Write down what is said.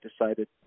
decided